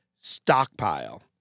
stockpile